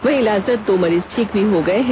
वहीं इलाजरत दो मरीज ठीक भी हो गए हैं